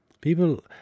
people